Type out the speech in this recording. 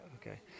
okay